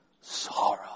sorrow